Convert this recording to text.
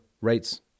rates